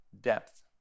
depth